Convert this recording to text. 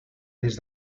mes